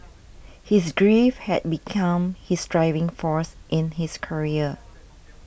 his grief had become his driving force in his career